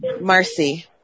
Marcy